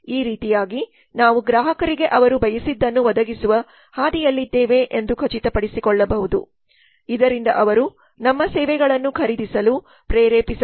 ಈ ರೀತಿಯಾಗಿ ನಾವು ಗ್ರಾಹಕರಿಗೆ ಅವರು ಬಯಸಿದ್ದನ್ನು ಒದಗಿಸುವ ಹಾದಿಯಲ್ಲಿದ್ದೇವೆ ಎಂದು ಖಚಿತಪಡಿಸಿಕೊಳ್ಳಬಹುದು ಇದರಿಂದ ಅವರು ನಮ್ಮ ಸೇವೆಗಳನ್ನು ಖರೀದಿಸಲು ಪ್ರೇರೇಪಿಸಬಹುದು